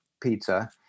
pizza